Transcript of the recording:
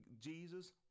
Jesus